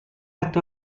حتی